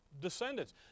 descendants